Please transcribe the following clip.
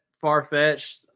far-fetched